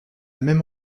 même